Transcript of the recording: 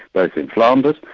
but in flanders,